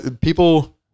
people